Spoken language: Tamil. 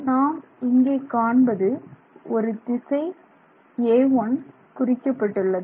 நாம் இங்கே காண்பது ஒரு திசை a1 குறிக்கப்பட்டுள்ளது